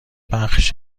بخش